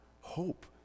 hope